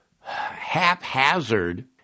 haphazard